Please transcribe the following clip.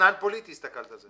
כאתנן פוליטי את הסתכלת על זה.